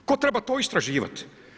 Tko treba to istraživati?